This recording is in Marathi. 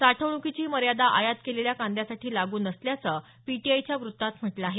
साठवणुकीची ही मर्यादा आयात केलेल्या कांद्यासाठी लागू नसल्याचं पीटीआयच्या वृत्तात म्हटलं आहे